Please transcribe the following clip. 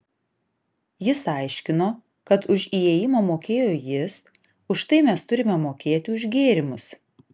jis aiškino kad už įėjimą mokėjo jis už tai mes turime mokėti už gėrimus